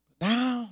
Now